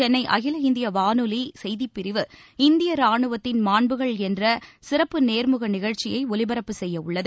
சென்னை அகில இந்திய வானொலி செய்திப்பிரிவு இந்திய ரானுவத்தின் மான்புகள் என்ற சிறப்பு நேர்முக நிகழ்ச்சியை ஒலிபரப்பு செய்யவுள்ளது